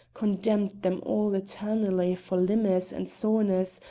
condemned them all eternally for limmers and sorners,